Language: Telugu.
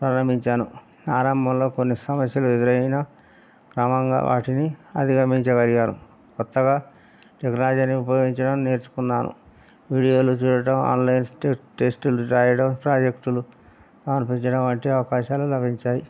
ప్రారంభించాను ఆరంభంలో కొన్ని సమస్యలు ఎదురైన క్రమంగా వాటిని అధిగమించగలిగారు క్రొత్తగా టెక్నాలజీని ఉపయోగించడం నేర్చుకున్నాను వీడియోలు చూడటం ఆన్లైన్ టెస్టులు వ్రాయడం ప్రాజెక్టులు కనిపించడం వంటి అవకాశాలు లభించాయి